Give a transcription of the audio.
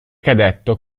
cadetto